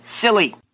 silly